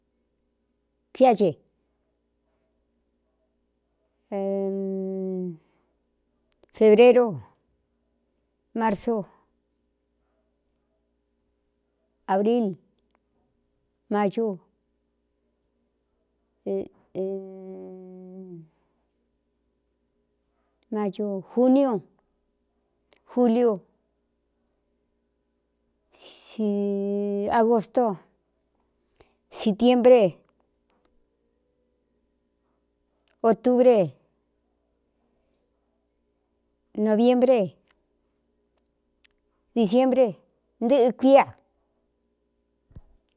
Cuiá ce febrero marso abril macojuniu juliuagosto setienbre otubre noviebre diciembre ndɨkuia.